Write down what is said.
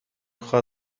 خواد